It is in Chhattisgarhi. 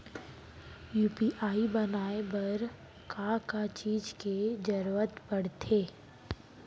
यू.पी.आई बनाए बर का का चीज के जरवत पड़थे?